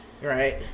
Right